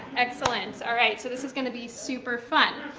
excellent, all right. so this is going to be super-fun.